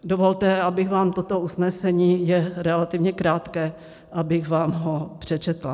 Dovolte, abych vám toto usnesení je relativně krátké abych vám ho přečetla.